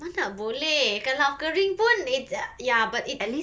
mana boleh kalau kering pun it's uh ya but it's